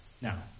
Now